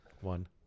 One